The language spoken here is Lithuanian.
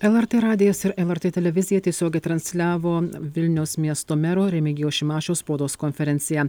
lrt radijas ir lrt televizija tiesiogiai transliavo vilniaus miesto mero remigijaus šimašiaus spaudos konferenciją